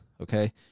okay